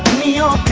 meal